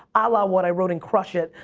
ah la what i wrote in crush it,